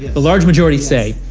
the large majority say